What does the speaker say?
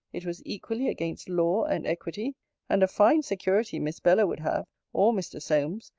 it was equally against law and equity and a fine security miss bella would have, or mr. solmes,